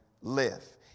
live